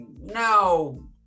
no